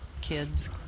kids